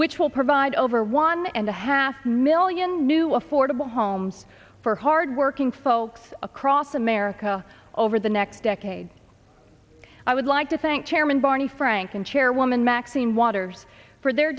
which will provide over one and a half million new affordable homes for hardworking folks across america over the next decade i would like to thank chairman barney frank and chairwoman maxine waters for their